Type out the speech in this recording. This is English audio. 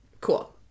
cool